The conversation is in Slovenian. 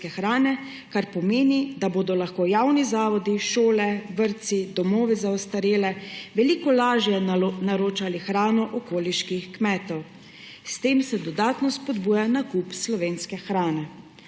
kar pomeni, da bodo lahko javni zavodi, šole, vrtci, domovi za ostarele veliko lažje naročali hrano okoliških kmetov. S tem se dodatno spodbuja nakup slovenske hrane.